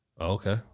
Okay